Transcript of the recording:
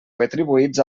retribuïts